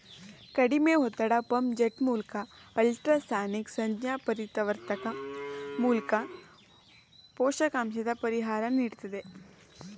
ಕಡಿಮೆ ಒತ್ತಡ ಪಂಪ್ ಜೆಟ್ಮೂಲ್ಕ ಅಲ್ಟ್ರಾಸಾನಿಕ್ ಸಂಜ್ಞಾಪರಿವರ್ತಕ ಮೂಲ್ಕ ಪೋಷಕಾಂಶದ ಪರಿಹಾರ ನೀಡ್ತದೆ